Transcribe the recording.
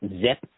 Zip